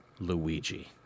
Luigi